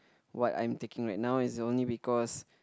what I'm taking right now is only because